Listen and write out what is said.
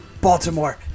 Baltimore